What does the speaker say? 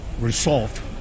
resolved